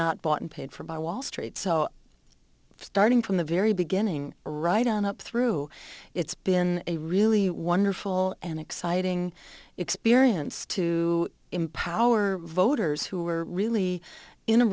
not bought and paid for by wall street so starting from the very beginning right on up through it's been a really wonderful and exciting experience to empower voters who are really in a